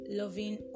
loving